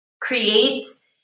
creates